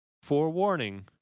Forewarning